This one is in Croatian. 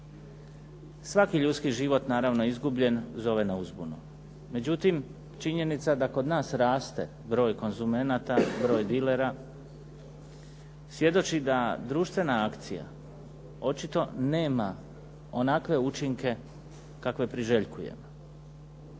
Svaki ljudski život naravno izgubljen zove na uzbunu. Međutim, činjenica da kod nas raste broj konzumenata, broj dilera svjedoči da društvena akcija očito nema onakve učinke kakve priželjkujemo.